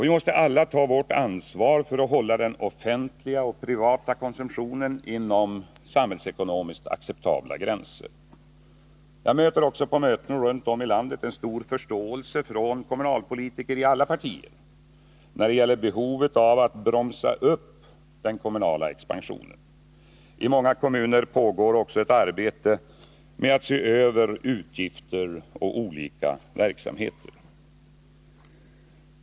Vi måste alla ta vårt ansvar för att hålla den offentliga och privata konsumtionen inom samhällsekonomiskt acceptabla gränser. Jag möter också på möten runt om i landet en stor förståelse från kommunalpolitiker i alla partier när det gäller behovet av att bromsa upp den kommunala expansionen. I många kommuner pågår också ett arbete med att se över utgifter och olika verksamheter.